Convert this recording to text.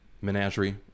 menagerie